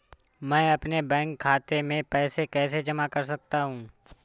मैं अपने बैंक खाते में पैसे कैसे जमा कर सकता हूँ?